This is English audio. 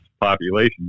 population